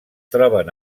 troben